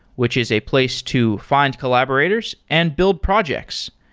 which is a place to find collaborators and build projects.